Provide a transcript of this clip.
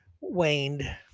waned